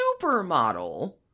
supermodel